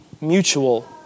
Mutual